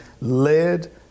led